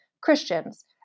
Christians